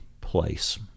place